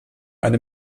eine